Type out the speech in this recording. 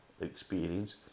experience